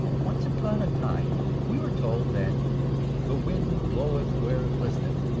once upon a time we were told that the wind bloweth where it listeth.